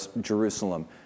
Jerusalem